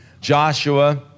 Joshua